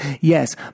Yes